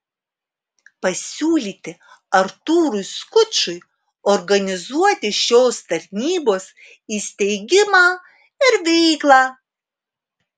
pasiūlyti artūrui skučui organizuoti šios tarnybos įsteigimą ir veiklą